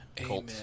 Amen